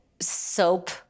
soap